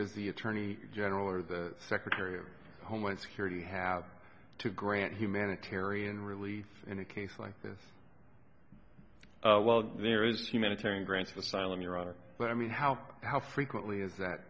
the attorney general or the secretary of homeland security have to grant humanitarian relief in a case like this well there is humanitarian grants asylum your honor but i mean how how frequently is that